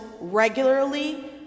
regularly